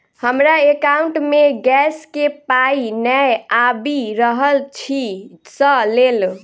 हमरा एकाउंट मे गैस केँ पाई नै आबि रहल छी सँ लेल?